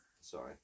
sorry